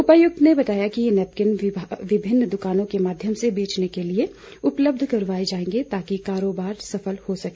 उपायक्त ने बताया कि ये नैपकिन विभिन्न द्वकानों के माध्यम से बेचने के लिए उपलब्ध करवाए जाएंगे ताकि ये कारोबार सफल हो सके